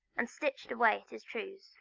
and stitched away at his trews.